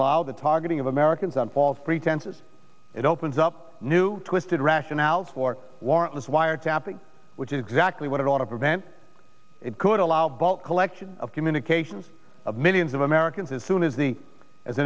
colossal the targeting of americans on false pretenses it opens up new twisted rationale for warrantless wiretapping which is exactly what it ought to prevent it could allow bulk collection of communications of millions of americans as soon as the as